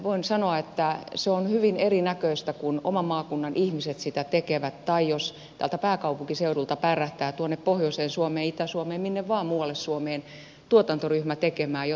voin sanoa että se on hyvin erinäköistä kun oman maakunnan ihmiset sitä tekevät kuin jos täältä pääkaupunkiseudulta pärähtää tuonne pohjoiseen suomeen itä suomeen minne vain muualle suomeen tuotantoryhmä tekemään jotain juttua